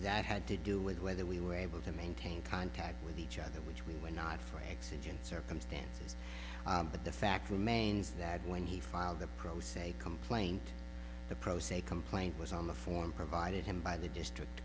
that had to do with whether we were able to maintain contact with each other which we were not for exigent circumstances but the fact remains that when he filed the pro se complaint the pro se complaint was on the form provided him by the district